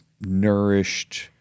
nourished